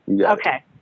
Okay